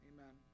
Amen